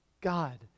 God